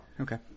Okay